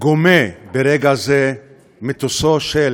גומא ברגע זה מטוסו של